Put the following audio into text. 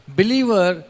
believer